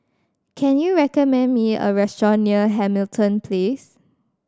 can you recommend me a restaurant near Hamilton Place